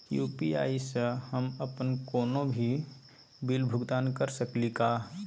UPI स हम अप्पन कोनो भी बिल भुगतान कर सकली का हे?